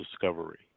discovery